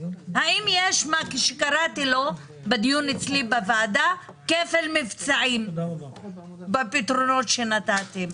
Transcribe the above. האם יש מה שקראתי לו בדיון אצלי בוועדה כפל מבצעים בפתרונות שנתתם,